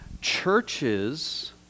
churches